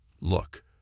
Look